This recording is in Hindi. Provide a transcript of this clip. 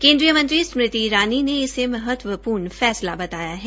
केन्द्रीय मंत्री स्मृति ईरानी ने इसे महत्वपूर्ण फैसला बताया है